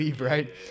Right